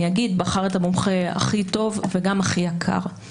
אני אגיד בחר גם את המומחה הכי טוב וגם הכי יקר.